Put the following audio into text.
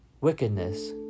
wickedness